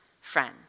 friend